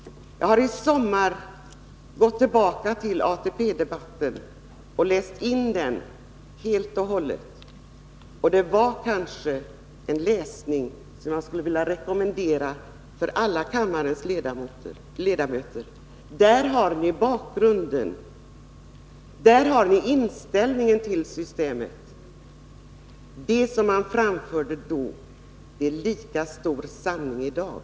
Jag gick i somras tillbaka till ATP-debatten och läste in den helt och hållet. Det var en läsning som jag skulle vilja rekommendera till alla ledamöter av kammaren. Där får man bakgrunden, och där ges uttryck för inställningen till systemet. Det som man framförde då är — tyvärr — lika giltigt i dag.